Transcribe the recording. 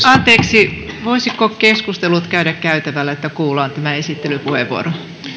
anteeksi voisiko keskustelut käydä käytävällä että kuullaan tämä esittelypuheenvuoro